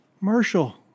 Marshall